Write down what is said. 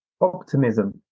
optimism